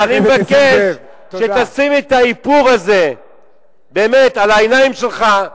אני מבקש שתשים את האיפור הזה על העיניים שלך,